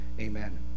amen